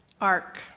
ark